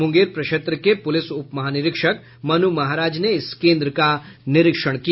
मुंगेर प्रक्षेत्र के पुलिस उप महानिरीक्षक मनु महाराज ने इस केन्द्र का निरीक्षण किया